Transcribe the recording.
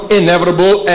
inevitable